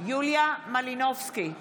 יוליה מלינובסקי,